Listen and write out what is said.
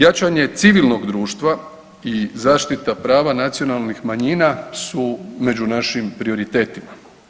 Jačanje civilnog društva i zaštita prava nacionalnih manjina su među našim prioritetima.